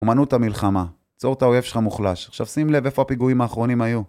אמנות המלחמה, צור את האויב שלך מוחלש. עכשיו שים לב איפה הפיגועים האחרונים היו.